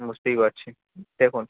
বুঝতেই পারছি দেখুন